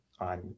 on